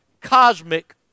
cosmic